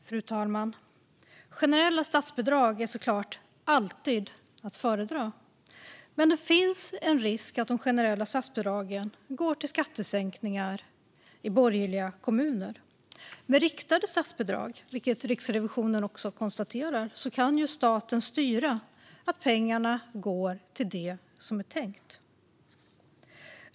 Fru talman! Generella statsbidrag är såklart alltid att föredra, men det finns en risk att de generella statsbidragen går till skattesänkningar i borgerliga kommuner. Med riktade statsbidrag kan ju staten styra att pengarna går till det som det är tänkt, vilket Riksrevisionen också konstaterar.